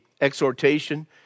exhortation